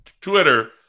Twitter